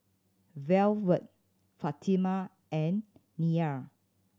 Velvet Fatima and Neal